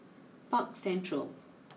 Park Central